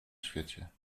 świecie